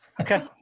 Okay